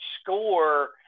score